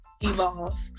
Evolve